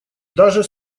даже